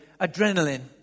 adrenaline